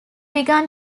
begun